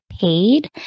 paid